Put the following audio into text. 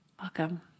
Welcome